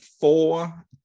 four